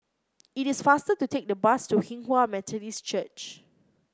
it is faster to take the bus to Hinghwa Methodist Church